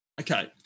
Okay